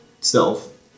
stealth